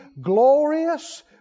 glorious